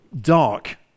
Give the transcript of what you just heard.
dark